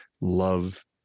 love